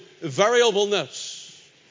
variableness